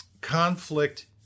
conflict